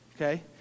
okay